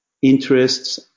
interests